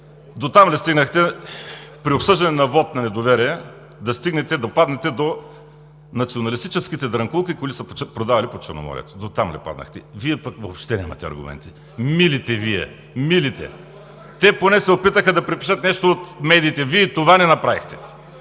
Дотам ли стигнахте, при обсъждане на вот на недоверие да стигнете, да паднете до националистическите дрънкулки, които се продавали по Черноморието? Дотам ли паднахте? Вие пък въобще нямате аргументи. Милите Вие, милите! Те поне се опитаха да препишат нещо от медиите, Вие и това не направихте!